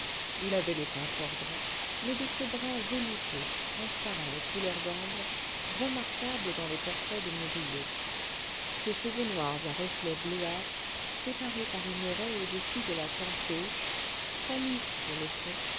il avait le teint fort brun mais de ce brun velouté transparent et couleur d'ambre remarquable dans les portraits de murillo ses cheveux noirs à reflet bleuâtre séparés par une raie au-dessus de la tempe gauche très lisses sur le front